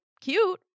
cute